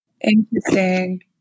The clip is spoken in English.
Interesting